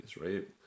right